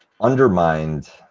undermined